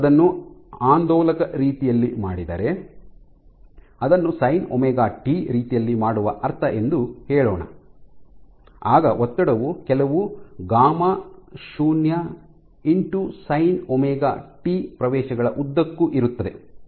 ನೀವು ಅದನ್ನು ಆಂದೋಲಕ ರೀತಿಯಲ್ಲಿ ಮಾಡಿದರೆ ಅದನ್ನು sine omega t Sin ωt ರೀತಿಯಲ್ಲಿ ಮಾಡುವ ಅರ್ಥ ಎಂದು ಹೇಳೋಣ ಆಗ ಒತ್ತಡವು ಕೆಲವು gamma γ0 sine omega t Sin ωt ಪ್ರವೇಶಗಳ ಉದ್ದಕ್ಕೂ ಇರುತ್ತದೆ